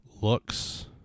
looks